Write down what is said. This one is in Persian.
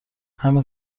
همین